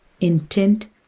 intent